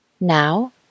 Now